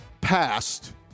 passed